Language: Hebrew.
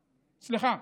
סליחה,